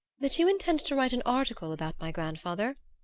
that you intend to write an article about my grandfather?